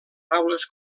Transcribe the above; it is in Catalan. taules